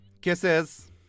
Kisses